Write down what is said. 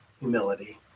humility